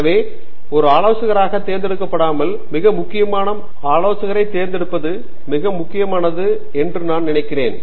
எனவே ஒரு ஆலோசகராக தேர்ந்தெடுக்கப்பட்டால் மிக முக்கியமானது என்று நான் நினைக்கிறேன்